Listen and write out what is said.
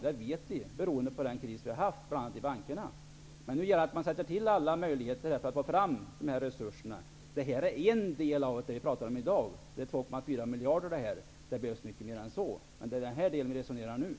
Det vet vi på grund av den stora kris som vi haft i bl.a. bankerna. Nu gäller det att sätta till alla möjligheter för att få fram de resurser som behövs. De 2,4 miljarder kronor som vi i dag talar om utgör en del, det behövs mycket mer än så.